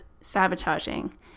sabotaging